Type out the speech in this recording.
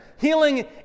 healing